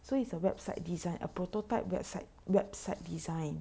so it's a website design a prototype website website design